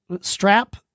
strap